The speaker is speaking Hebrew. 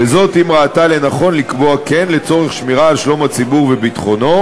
וזאת אם ראתה לנכון לקבוע כן לצורך שמירה על שלום הציבור וביטחונו,